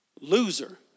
Loser